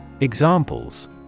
Examples